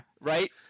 Right